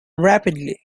rapidly